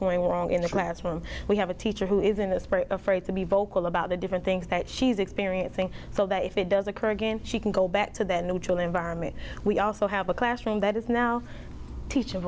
going wrong in the classroom we have a teacher who is in this very afraid to be vocal about the different things that she's experiencing so that if it does occur again she can go back to the neutral environment we also have a classroom that is now teach